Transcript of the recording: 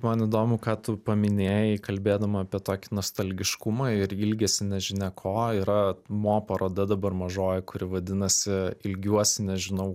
man įdomu ką tu paminėjai kalbėdama apie tokį nuostalgiškumą ir ilgesį nežinia ko yra mo paroda dabar mažoji kuri vadinasi ilgiuosi nežinau